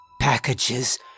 packages